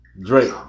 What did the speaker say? Drake